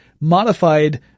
Modified